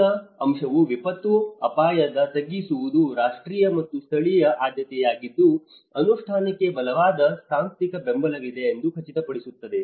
ಮೊದಲ ಅಂಶವು ವಿಪತ್ತು ಅಪಾಯದ ತಗ್ಗಿಸುವುದು ರಾಷ್ಟ್ರೀಯ ಮತ್ತು ಸ್ಥಳೀಯ ಆದ್ಯತೆಯಾಗಿದ್ದು ಅನುಷ್ಠಾನಕ್ಕೆ ಬಲವಾದ ಸಾಂಸ್ಥಿಕ ಬೆಂಬಲವಿದೆ ಎಂದು ಖಚಿತಪಡಿಸುತ್ತದೆ